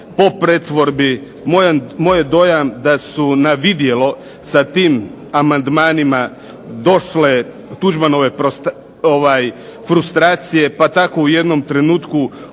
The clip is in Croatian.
po pretvorbi. Moj je dojam da su na vidjelo sa tim amandmanima došle Tuđmanove frustracije, pa tako u jednom trenutku